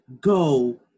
go